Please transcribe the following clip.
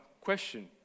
question